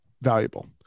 valuable